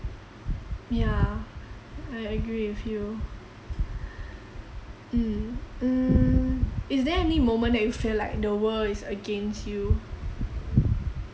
ya I agree with you mm mm is there any moment that you feel like the world is against you